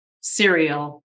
cereal